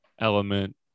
element